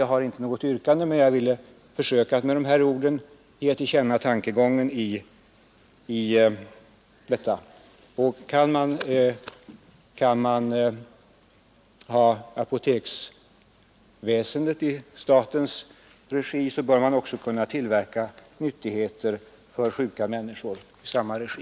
Jag har inte något yrkande, men jag ville försöka att med några ord ge till känna dessa tankegångar. Kan apoteksväsendet drivas i statens regi, så bör nyttigheter för sjuka människor kunna tillverkas i samma regi.